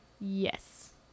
Yes